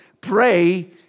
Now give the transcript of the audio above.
Pray